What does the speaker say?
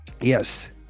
yes